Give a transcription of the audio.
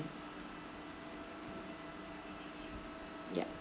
yup